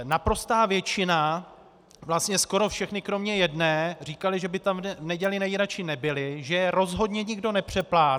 Naprostá většina, vlastně skoro všechny kromě jedné říkaly, že by tam v neděli nejradši nebyly, že je rozhodně nikdo nepřeplácí.